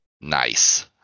nice